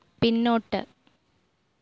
പിന്നോട്ട്